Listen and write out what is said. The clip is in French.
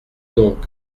donc